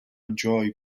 enjoy